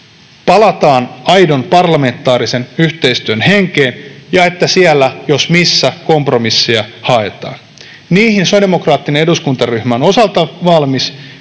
palataan aidon parlamentaarisen yhteistyön henkeen ja että siellä, jos missä, kompromisseja haetaan. Niihin sosiaalidemokraattinen eduskuntaryhmä on osaltaan valmis.